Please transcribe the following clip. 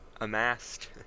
amassed